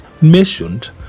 mentioned